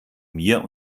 mir